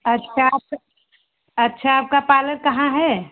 अच्छा त अच्छा आपका पालर कहाँ है